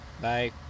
Bye